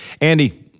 Andy